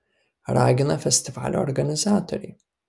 ragina festivalio organizatoriai